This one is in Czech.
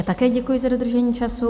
Také děkuji za dodržení času.